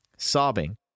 Sobbing